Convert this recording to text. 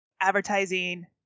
advertising